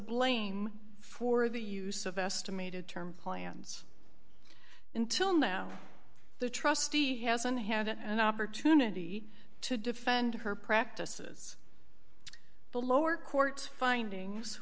blame for the use of estimated term plans until now the trustee hasn't had an opportunity to defend her practices the lower courts findings